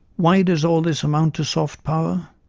why does all this amount to soft power?